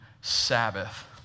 Sabbath